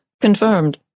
Confirmed